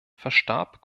verstarb